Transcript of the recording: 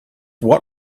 what